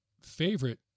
favorite